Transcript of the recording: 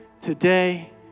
today